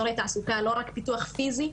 הכוונה היא לא רק לפיתוח פיזי,